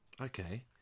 Okay